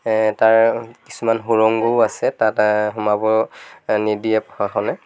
তাৰ কিছুমান সুৰংগও আছে তাত সোমাব নিদিয়ে প্ৰশাসনে